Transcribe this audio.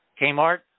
Kmart